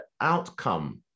outcome